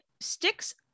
sticks